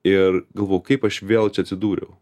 ir galvoju kaip aš vėl čia atsidūriau